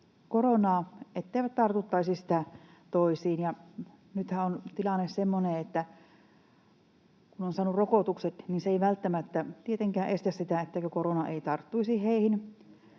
koronaa, että he eivät tartuttaisi sitä toisiin. Nythän on tilanne semmoinen, että kun on saanut rokotukset, niin se ei välttämättä tietenkään estä sitä, etteikö korona tarttuisi heihin.